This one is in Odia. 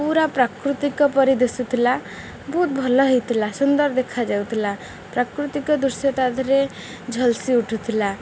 ପୁରା ପ୍ରାକୃତିକ ପରି ଦିଶୁଥିଲା ବହୁତ ଭଲ ହେଇଥିଲା ସୁନ୍ଦର ଦେଖାଯାଉଥିଲା ପ୍ରାକୃତିକ ଦୃଶ୍ୟ ତା ଦେହରେ ଝଲସି ଉଠୁଥିଲା